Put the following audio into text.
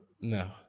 No